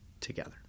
together